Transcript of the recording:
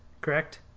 correct